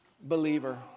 believer